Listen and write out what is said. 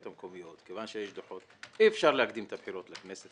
המקומיות כיוון שיש דוחות אי-אפשר להקדים את הבחירות לכנסת,